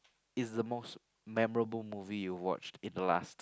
is the most memorable movie you watched in the last